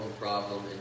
problem